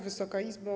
Wysoka Izbo!